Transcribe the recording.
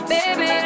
Baby